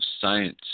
science